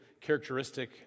characteristic